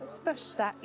största